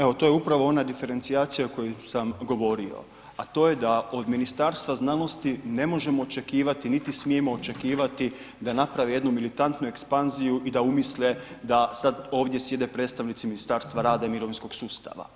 Evo to je upravo ona diferencijacija o kojoj sam govorio, a to je da od Ministarstva znanosti ne možemo očekivati niti smijemo očekivati da napravi jednu militantnu ekspanziju i da umisle da sad ovdje sjede predstavnici Ministarstva rada i mirovinskog sustava.